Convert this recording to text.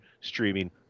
streaming